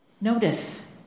Notice